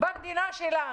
במדינה שלנו.